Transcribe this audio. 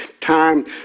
time